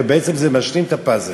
ובעצם זה משלים את הפאזל.